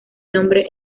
nombre